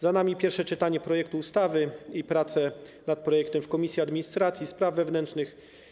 Za nami pierwsze czytanie projektu ustawy i prace nad projektem w Komisji Administracji i Spraw Wewnętrznych.